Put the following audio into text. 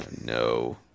No